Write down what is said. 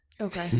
Okay